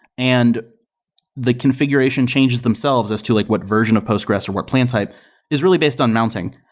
and the configuration changes themselves as to like what version of postgres or what plan type is really based on mounting.